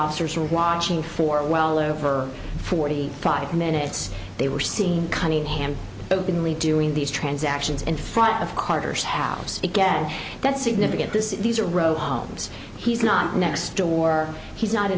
officers are watching for well over forty five minutes they were seen cunningham openly doing these transactions in front of carter's house again that's significant this is these are row homes he's not next door he's not